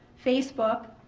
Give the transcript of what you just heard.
facebook,